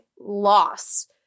loss